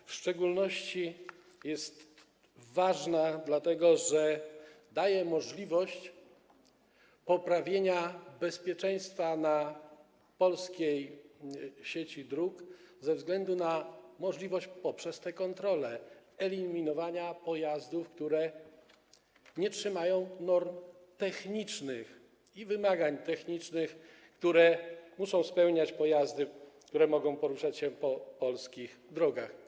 W szczególności jest ona ważna dlatego, że daje możliwość poprawienia bezpieczeństwa na polskiej sieci dróg ze względu na możliwość - poprzez te kontrole - eliminowania pojazdów, które nie trzymają norm technicznych i wymagań technicznych, które muszą spełniać pojazdy, które mogą poruszać się po polskich drogach.